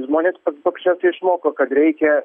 žmonės paprasčiausiai išmoko kad reikia